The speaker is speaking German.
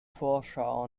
vorschau